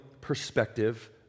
perspective